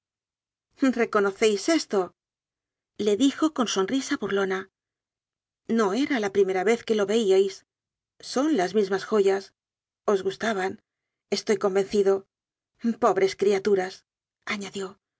pulseras reconocéis esto le dijo con sonrisa burlo na no era la primera vez que lo veíais son las mismas joyas os gustaban estoy convenci do pobres criaturas añadió